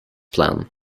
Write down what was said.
plan